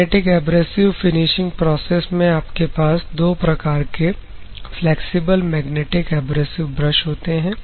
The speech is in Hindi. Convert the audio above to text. मैग्नेटिक एब्रेसिव फिनिशिंग प्रोसेस में आपके पास दो प्रकार के फ्लैक्सिबल मैग्नेटिक एब्रेसिव ब्रश होते हैं